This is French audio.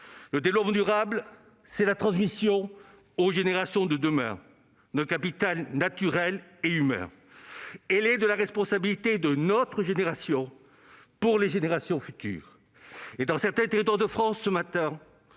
Le développement durable, c'est la transmission aux générations de demain d'un capital naturel et humain. Il est de la responsabilité de notre génération d'assurer cette transmission, pour les générations futures. Dans certains territoires de France, ce matin,